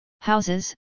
Houses